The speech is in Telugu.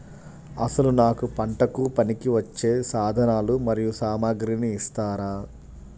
అసలు నాకు పంటకు పనికివచ్చే సాధనాలు మరియు సామగ్రిని ఇస్తారా?